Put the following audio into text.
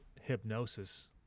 hypnosis